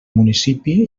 municipi